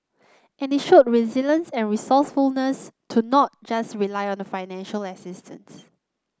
and they show resilience and resourcefulness to not just rely on the financial assistance